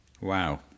Wow